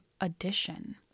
addition